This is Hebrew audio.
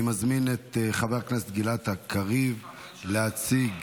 אני מזמין את חבר הכנסת גלעד קריב להציג